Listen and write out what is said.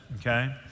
okay